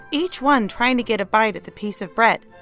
each one trying to get a bite at the piece of bread.